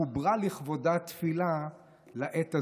חוברה לכבודה תפילה לעת הזאת.